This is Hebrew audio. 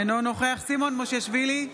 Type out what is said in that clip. אינו נוכח סימון מושיאשוילי,